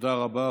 תודה רבה.